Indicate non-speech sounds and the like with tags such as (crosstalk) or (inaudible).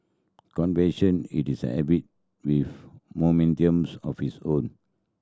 (unintelligible) it is a habit with momentum of its own